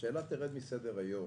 שאילת תרד מסדר היום